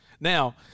Now